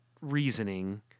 reasoning